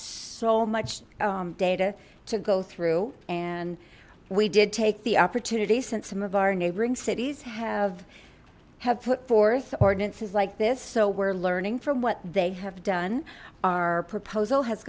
so much data to go through and we did take the opportunity since some of our neighboring cities have have put forth ordinances like this so we're learning from what they have done our proposal has